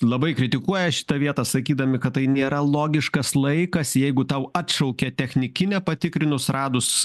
labai kritikuoja šitą vietą sakydami kad tai nėra logiškas laikas jeigu tau atšaukė technikinę patikrinus radus